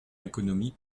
l’économie